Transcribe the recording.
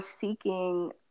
seeking